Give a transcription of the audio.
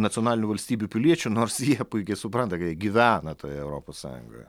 nacionalinių valstybių piliečių nors jie puikiai supranta kad jie gyvena toje europos sąjungoje